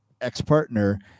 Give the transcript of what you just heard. ex-partner